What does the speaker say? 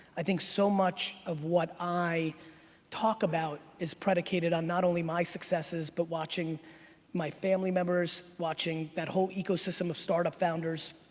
i think so much of what i talk about is predicated on not only my successes but watching my family members, watching that whole ecosystem of startup founders,